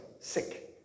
sick